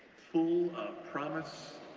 full of promise